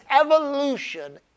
evolution